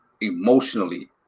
emotionally